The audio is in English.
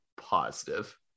positive